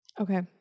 Okay